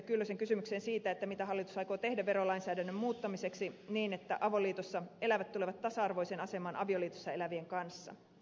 kyllösen kysymykseen siitä mitä hallitus aikoo tehdä verolainsäädännön muuttamiseksi niin että avoliitossa elävät tulevat tasa arvoiseen asemaan avioliitossa elävien kanssa